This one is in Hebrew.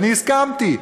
ואני הסכמתי.